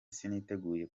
siniteguye